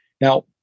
Now